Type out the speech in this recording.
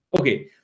Okay